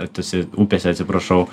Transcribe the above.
ar tose upėse atsiprašau